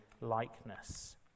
likeness